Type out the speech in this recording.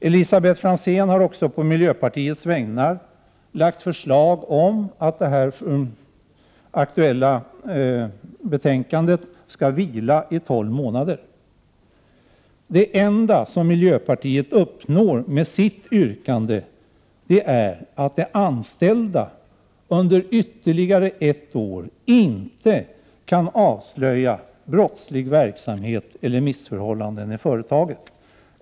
Elisabet Franzén har också på miljöpartiets vägnar framlagt ett förslag om att det aktuella betänkandet skall vila i tolv månader. Det enda som miljöpartiet skulle uppnå med sitt yrkande är att de anställda under ytterligare ett år inte kan avslöja brottslig verksamhet eller missförhållanden i företagen.